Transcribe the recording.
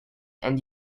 and